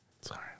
Sorry